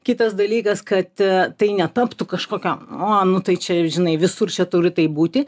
kitas dalykas kad tai netaptų kažkokio o nu tai čia ir žinai visur čia turi taip būti